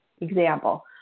Example